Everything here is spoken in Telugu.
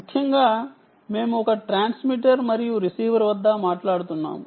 ముఖ్యంగా మేము ఒక ట్రాన్స్మిటర్ మరియు రిసీవర్ గురించి మాట్లాడుతున్నాము